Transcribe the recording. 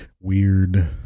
weird